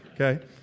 Okay